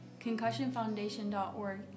ConcussionFoundation.org